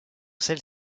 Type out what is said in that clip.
celle